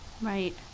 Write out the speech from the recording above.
Right